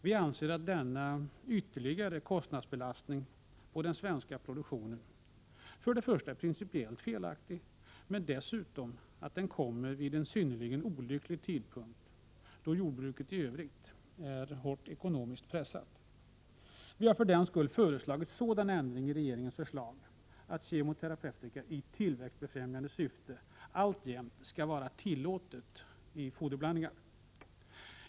Vi anser att denna ytterligare kostnadsbelastning på den svenska produktionen först och främst är principiellt felaktig men dessutom kommer vid en synnerligen olycklig tidpunkt, då jordbruket i övrigt är hårt ekonomiskt pressat. Vi har för den skull föreslagit sådan ändring i regeringens förslag att kemoterapeutika i tillväxtbefrämjande syfte alltjämt skall vara tillåtet i foderblandningar.